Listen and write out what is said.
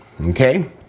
okay